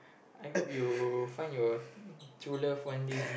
I hope you find your true love one day